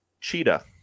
cheetah